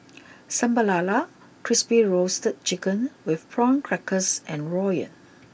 Sambal LaLa Crispy Roasted Chicken with Prawn Crackers and Rawon